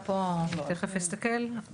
אני תכף אסתכל פה במפות.